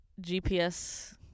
GPS